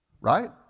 right